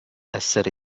essere